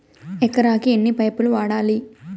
ఎకరాకి ఎన్ని పైపులు వాడాలి?